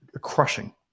crushing